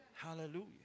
Hallelujah